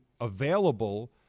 available